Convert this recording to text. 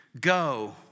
Go